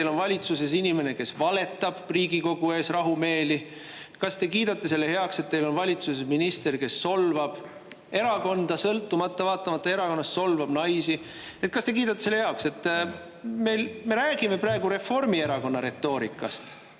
teil on valitsuses inimene, kes valetab Riigikogu ees rahumeeli? Kas te kiidate selle heaks, et teil on valitsuses minister, kes solvab, erakonda, sõltumata, vaatamata erakonnast solvab naisi? Kas te kiidate selle heaks? Meil … Me räägime praegu Reformierakonna retoorikast.